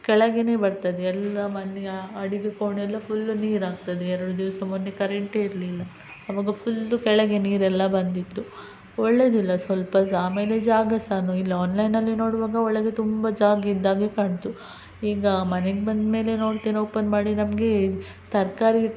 ಕೆಳಗೆ ಬರ್ತದೆ ಎಲ್ಲ ಮನೆ ಅಡಿಗೆ ಕೋಣೆಯೆಲ್ಲ ಫುಲ್ಲು ನೀರಾಗ್ತದೆ ಎರಡು ದಿವಸ ಮೊನ್ನೆ ಕರೆಂಟೇ ಇರಲಿಲ್ಲ ಅವಾಗ ಫುಲ್ಲು ಕೆಳಗೆ ನೀರೆಲ್ಲ ಬಂದಿತ್ತು ಒಳ್ಳೆಯದಿಲ್ಲ ಸ್ವಲ್ಪ ಆಮೇಲೆ ಜಾಗ ಸಾನು ಇಲ್ಲ ಆನ್ಲೈನಲ್ಲಿ ನೋಡುವಾಗ ಒಳಗೆ ತುಂಬ ಜಾಗ ಇದ್ದಾಗೆ ಕಾಣ್ತು ಈಗ ಮನೆಗೆ ಬಂದ ಮೇಲೆ ನೋಡ್ತೀನಿ ಓಪನ್ ಮಾಡಿ ನಮಗೆ ತರಕಾರಿ